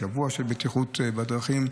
שבוע של בטיחות בדרכים.